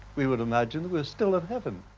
we would imagine we're still in heaven.